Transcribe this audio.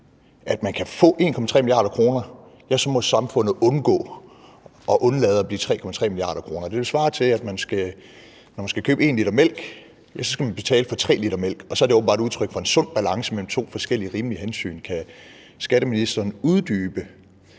at man kan få 1,3 mia. kr., så må samfundet undgå og undlade at blive 3,3 mia. kr. rigere. Det vil svare til, at hvis man skal købe 1 l mælk, så skal man betale for 3 l mælk, og så er det åbenbart udtryk for en sund balance mellem to forskellige rimelige hensyn. Kan skatteministeren uddybe,